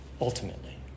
ultimately